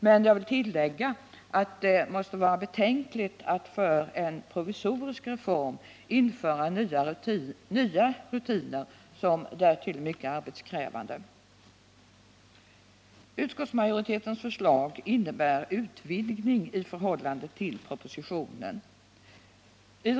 Men jag vill tillägga att det måste vara betänkligt att för en provisorisk reform införa nya rutiner, som därtill blir mycket arbetskrävande. Utskottsmajoritetens förslag innebär en utvidgning i förhållande till propositionens förslag.